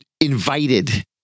invited